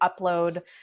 upload